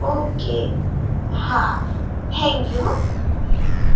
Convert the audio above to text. okay હા thank you હો